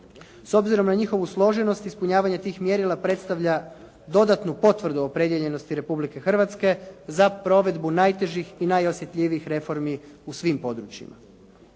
S obzirom na njihovu složenost ispunjavanje tih mjerila predstavlja dodatnu potvrdu opredijeljenosti Republike Hrvatske za provedbu najtežih i najosjetljivijih reformi u svim područjima.